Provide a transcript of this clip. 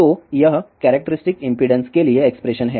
तो यह characteristic impedance के लिए एक्सप्रेशन है